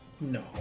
No